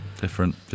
different